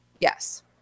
Yes